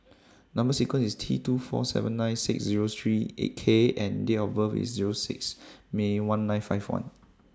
Number sequence IS T two four seven nine six Zero three K and Date of birth IS Zero six May one nine five one